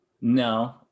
No